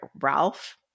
Ralph